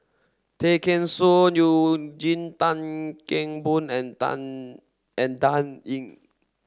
Tay Kheng Soon Eugene Tan Kheng Boon and Dan and Dan Ying